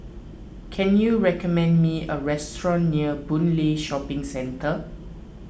can you recommend me a restaurant near Boon Lay Shopping Centre